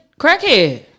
crackhead